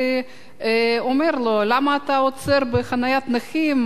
הוא אמר לו: למה אתה עוצר בחניית נכים,